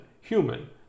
human